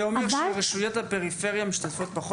הווה אומר שרשויות הפריפריה משתתפות פחות?